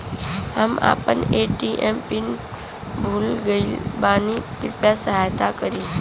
हम आपन ATM PIN भूल गईल बानी कृपया सहायता करी